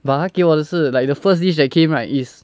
but 他给我的是 like the first dish that came right is